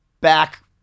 back